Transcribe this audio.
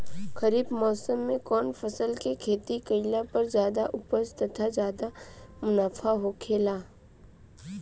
खरीफ़ मौसम में कउन फसल के खेती कइला पर ज्यादा उपज तथा ज्यादा मुनाफा होखेला?